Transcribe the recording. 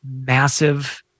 massive